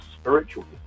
spiritual